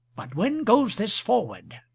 but when goes this forward?